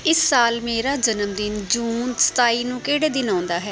ਇਸ ਸਾਲ ਮੇਰਾ ਜਨਮ ਦਿਨ ਜੂਨ ਸਤਾਈ ਨੂੰ ਕਿਹੜੇ ਦਿਨ ਆਉਂਦਾ ਹੈ